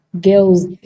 girls